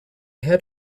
had